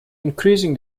increasing